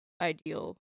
ideal